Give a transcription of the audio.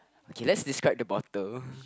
okay let's describe the bottle